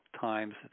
times